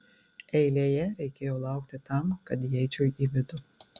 eilėje reikėjo laukti tam kad įeičiau į vidų